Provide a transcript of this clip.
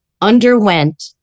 Underwent